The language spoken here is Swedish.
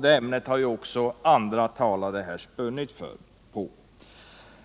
Det ämnet har ju också andra talare här spunnit på.